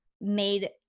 made